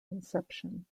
inception